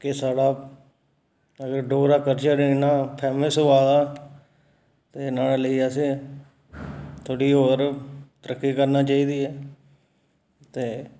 के साढ़ा अगर डोगरा कल्चर इन्ना फेमस होआ दा ते न्हाड़े लेई असें थ्होड़ी होर तरक्की करना चाहिदी ऐ ते